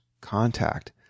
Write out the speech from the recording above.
contact